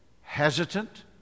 hesitant